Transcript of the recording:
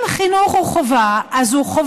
אם חינוך הוא חובה, אז הוא חובה.